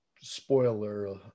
spoiler